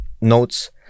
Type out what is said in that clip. notes